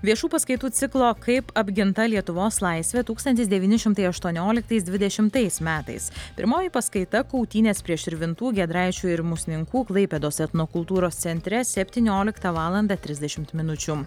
viešų paskaitų ciklo kaip apginta lietuvos laisvė tūkstantis devyni šimtai aštuonioliktais dvidešimtais metais pirmoji paskaita kautynės prie širvintų giedraičių ir musninkų klaipėdos etnokultūros centre septynioliktą valandą trisdešimt minučių